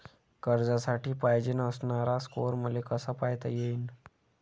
कर्जासाठी पायजेन असणारा स्कोर मले कसा पायता येईन?